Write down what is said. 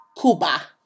Cuba